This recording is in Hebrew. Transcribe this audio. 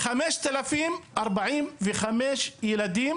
5,045 ילדים